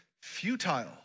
futile